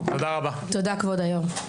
הישיבה